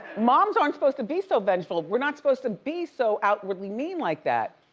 moms aren't supposed to be so vengeful. we're not supposed to be so outwardly mean like that.